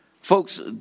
Folks